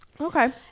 okay